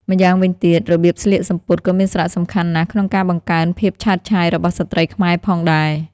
ម្យ៉ាងវិញទៀតរបៀបស្លៀកសំពត់ក៏មានសារៈសំខាន់ណាស់ក្នុងការបង្កើនភាពឆើតឆាយរបស់ស្ត្រីខ្មែរផងដែរ។